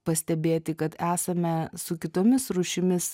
pastebėti kad esame su kitomis rūšimis